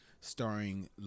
starring